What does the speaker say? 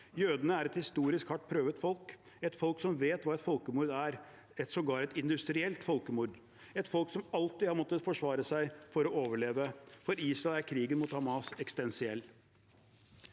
Jødene er et historisk hardt prøvet folk. De er et folk som vet hva folkemord er – sågar et industrielt folkemord. De er et folk som alltid har måttet forsvare seg for å overleve. For Israel er krigen mot Hamas eksistensiell.